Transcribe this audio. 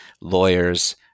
lawyers